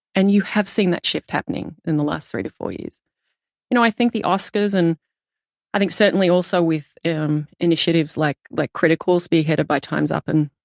and you have seen that shift happening in the last three to four you you know, i think the oscars, and i think certainly also with initiatives like like critical, spearheaded by time's up and